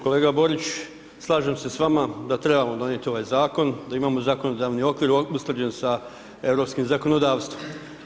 Kolega Borić, slažem se s vama da trebamo donijeti ovaj zakon, da imamo zakonodavni okvir usklađen sa europskim zakonodavstvom.